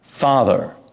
Father